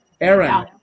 Aaron